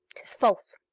tis false.